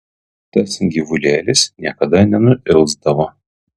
tas gyvulėlis niekada nenuilsdavo